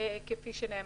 כפי שנאמר.